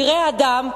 פראי אדם,